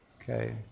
Okay